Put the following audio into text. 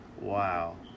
wow